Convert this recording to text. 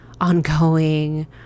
ongoing